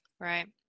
Right